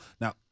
Now